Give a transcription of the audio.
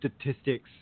statistics